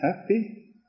happy